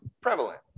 prevalent